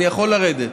אני יכול לרדת?